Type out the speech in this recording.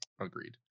Agreed